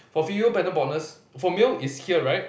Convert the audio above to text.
for female pattern baldness for male it's here right